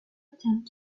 attempt